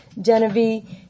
Genevieve